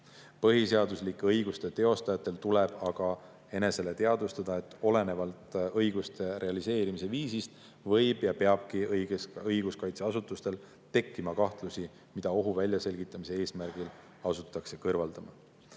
Põhiseaduslike õiguste teostajatel tuleb aga enesele teadvustada, et olenevalt õiguste realiseerimise viisist, võib ja peabki õiguskaitseasutustel tekkima kahtlusi, mida ohu väljaselgitamise eesmärgil asutakse kõrvaldama.